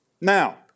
Now